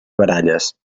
baralles